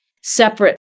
separate